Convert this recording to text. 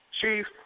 Chief